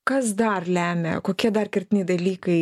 kas dar lemia kokie dar kertiniai dalykai